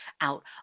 out